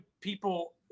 people